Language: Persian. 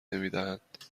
نمیدهند